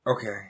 Okay